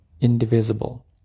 indivisible